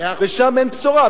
שם אין בשורה.